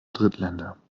drittländer